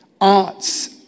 arts